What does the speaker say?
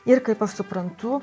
ir kaip aš suprantu